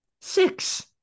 Six